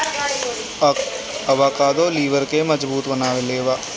avocado लिबर के मजबूत बनावेला